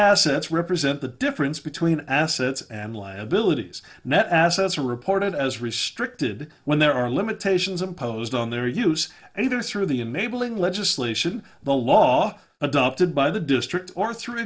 assets represent the difference between assets and liabilities net assets are reported as restricted when there are limitations imposed on their use either through the a maybelline legislation the law adopted by the district or thr